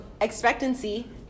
Expectancy